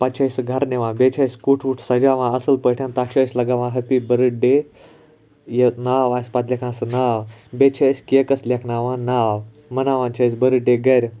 پَتہِ چھِ أسۍ سُہ گَرٕ نِوان بیٚیہِ چھِ أسۍ کُٹھ وُٹھ سَجاوان اصل پٲٹھۍ تَتھ چھِ أسۍ لَگاوان حیٚپی بٔرتھ ڈے یہِ ناو آسہِ پتہٕ لیٚکھان سُہ ناو بیٚیہِ چھِ أسۍ کیکَس لیٚکھناوان ناو مَناوان چھِ أسۍ برتھ ڈے گَرٕ